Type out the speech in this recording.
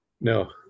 No